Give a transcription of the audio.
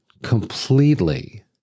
completely